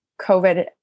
COVID